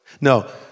No